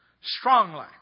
strongly